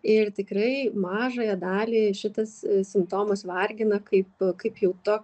ir tikrai mažąją dalį šitas simptomas vargina kaip kaip jau ta